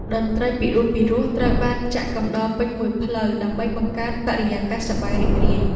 តន្ត្រីពិរោះៗត្រូវបានចាក់កំដរពេញមួយផ្លូវដើម្បីបង្កើតបរិយាកាសសប្បាយរីករាយ។